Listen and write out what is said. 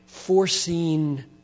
Foreseen